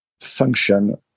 function